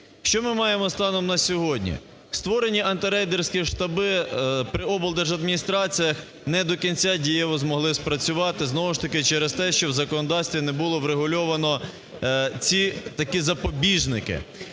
Що ми маємо станом на сьогодні? Створені антирейдерські штаби при облдержадміністраціях не до кінця дієво змогли спрацювати, знову ж таки через те, що в законодавстві не було врегульовано ці такі запобіжники.